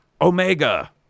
Omega